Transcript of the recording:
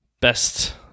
best